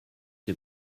the